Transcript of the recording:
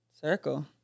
Circle